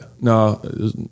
No